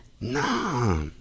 Nah